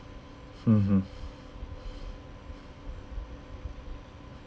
mmhmm